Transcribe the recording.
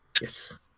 Yes